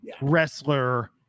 wrestler